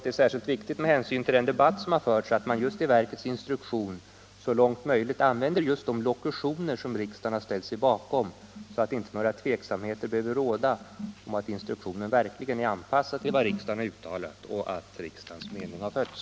Det är särskilt viktigt med hänsyn till den debatt som har förts att man i verkets instruktion så långt möjligt använder just de lokutioner som riksdagen har ställt sig bakom så att inte några tveksamheter behöver råda om att instruktionen verkligen är anpassad till vad riksdagen har uttalat och att riksdagens mening har följts.